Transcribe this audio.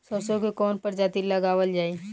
सरसो की कवन प्रजाति लगावल जाई?